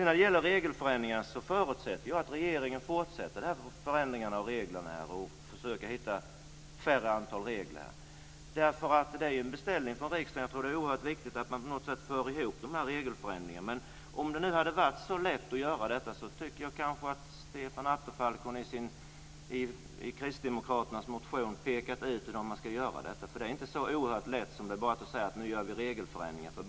När det gäller regeländringar förutsätter jag att regeringen fortsätter att göra förändringar av reglerna och försöker hitta färre regler. Det är ju en beställning från riksdagen. Jag tror att det är oerhört viktigt att man för ihop de här regeländringarna. Men om det nu hade varit så lätt att göra detta tycker jag att Stefan Attefall i Kristdemokraternas motion kunde ha pekat ut hur man skulle göra detta. Det är inte så oerhört lätt som att bara säga att vi nu ska göra regeländringar.